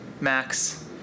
Max